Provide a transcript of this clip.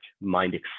mind